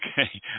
Okay